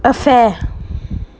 affair